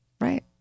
Right